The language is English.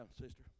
sister